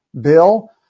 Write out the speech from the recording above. bill